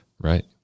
Right